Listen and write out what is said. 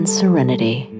serenity